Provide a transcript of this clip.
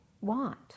want